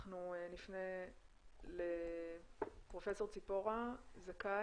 אנחנו נפנה לפרופ' צפורה זכאי,